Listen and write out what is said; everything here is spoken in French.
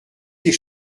ses